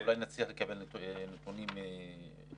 אולי נצליח לקבל נתונים מהנציבות.